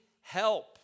help